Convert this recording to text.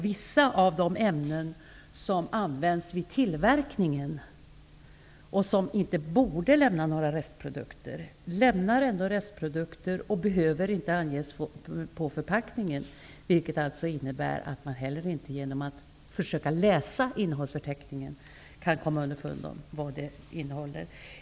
Vissa av de ämnen som används vid tillverkningen och som inte borde lämna några restprodukter lämnar ändå restprodukter, men behöver inte anges på förpackningen. Det innebär att man inte genom att försöka läsa innehållsförteckningen kan komma underfund med vad produkten innehåller.